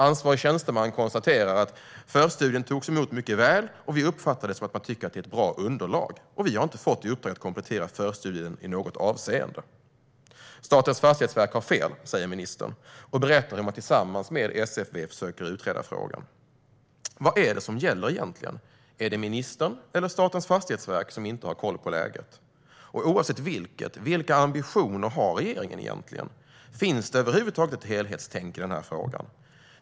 Ansvarig tjänsteman konstaterar att: "Förstudien togs emot mycket väl, och vi uppfattar det som att man tycker att det är ett bra underlag. Och vi har inte fått i uppdrag att komplettera förstudien i något avseende." Ministern säger att Statens fastighetsverk har fel och berättar hur man tillsammans med SFV försöker utreda frågan. Vad gäller egentligen? Är det ministern eller Statens fastighetsverk som inte har koll på läget? Oavsett, vilka ambitioner har regeringen egentligen? Finns det över huvud taget ett helhetstänk i frågan?